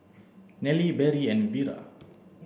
Nellie Berry and Vira